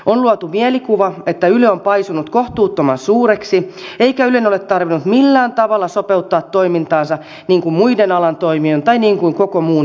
on luotu mielikuva että yle on paisunut kohtuuttoman suureksi eikä ylen ole tarvinnut millään tavalla sopeuttaa toimintaansa niin kuin muiden alan toimijoiden tai niin kuin koko muun yhteiskunnan